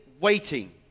waiting